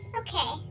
okay